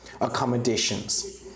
accommodations